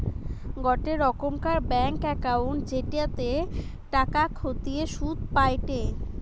গোটে রোকমকার bank account জেটিতে টাকা খতিয়ে শুধ পায়টে